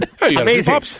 Amazing